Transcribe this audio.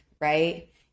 right